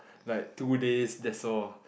like two days that's all